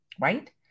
right